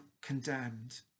condemned